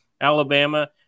Alabama